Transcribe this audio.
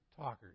talkers